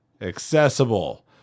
accessible